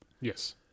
Yes